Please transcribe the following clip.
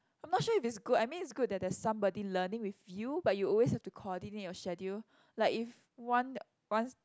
I'm not sure if it's good I mean it's good that there is somebody learning with you but you always have to coordinate your schedule like if one wants